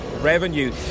revenue